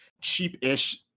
cheap-ish